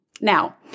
Now